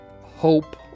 hope